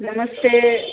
नमस्ते